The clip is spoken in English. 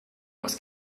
was